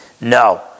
No